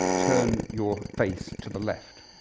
turn your face to the left